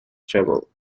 travel